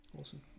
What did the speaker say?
Awesome